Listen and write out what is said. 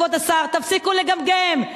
כבוד השר: תפסיקו לגמגם.